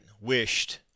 wished